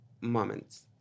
moments